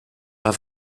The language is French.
pas